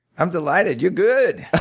i'm delighted. you're good.